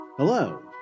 Hello